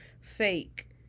fake